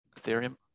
Ethereum